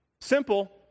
Simple